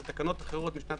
זה תקנות אחרות משנת